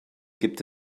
gibt